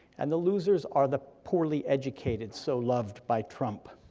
and the losers are the poorly educated so loved by trump.